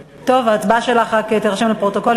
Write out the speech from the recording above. ההצבעה שלך רק תירשם בפרוטוקול,